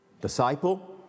disciple